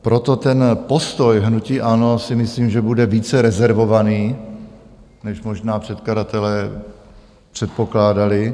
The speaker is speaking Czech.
Proto postoj hnutí ANO si myslím, že bude více rezervovaný, než možná předkladatelé předpokládali.